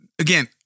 Again